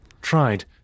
tried